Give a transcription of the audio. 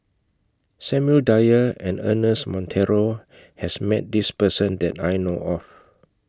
Samuel Dyer and Ernest Monteiro has Met This Person that I know of